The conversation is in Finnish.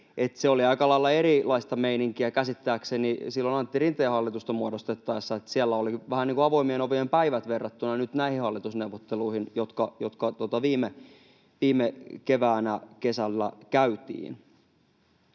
Se oli aika lailla erilaista meininkiä käsittääkseni silloin Antti Rinteen hallitusta muodostettaessa, kun siellä oli vähän niin kuin avoimien ovien päivät verrattuna nyt näihin hallitusneuvotteluihin, jotka viime keväänä, kesällä käytiin.